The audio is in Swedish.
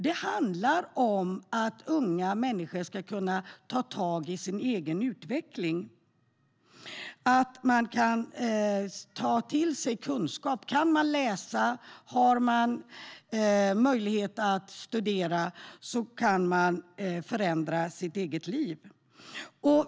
Det handlar om att unga människor ska kunna ta tag i sin egen utveckling och ta till sig kunskap. Om man kan läsa och har möjlighet att studera kan man förändra sitt eget liv.